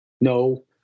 no